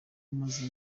umaze